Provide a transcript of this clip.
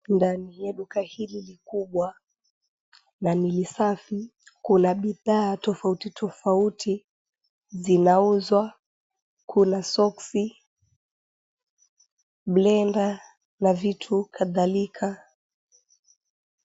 Ndani ya duka hili kubwa na nilisafi kuna bidhaa tofauti tofauti zinauzwa. Kuna soksi blender na vitu kadhalika.